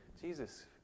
Jesus